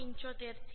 075 થી 1